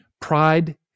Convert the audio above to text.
pride